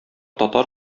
татар